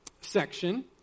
section